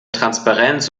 transparenz